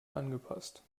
angepasst